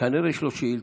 כנראה יש לו שאילתות.